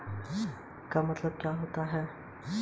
NEFT का मतलब क्या होता है?